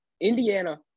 Indiana